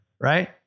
right